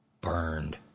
burned